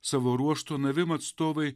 savo ruožtu navim atstovai